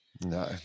No